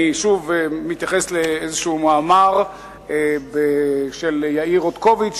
אני מתייחס לאיזה מאמר של יאיר רוטקוביץ,